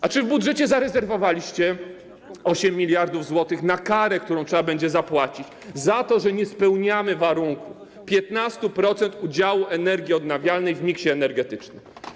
A czy w budżecie zarezerwowaliście 8 mld zł na karę, którą trzeba będzie zapłacić za to, że nie spełniamy warunku 15% udziału energii odnawialnej w miksie energetycznym?